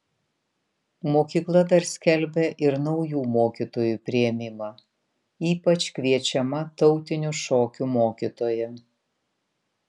mokykla dar skelbia ir naujų mokytojų priėmimą ypač kviečiama tautinių šokių mokytoja